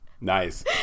Nice